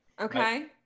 Okay